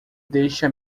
deixa